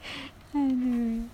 I know right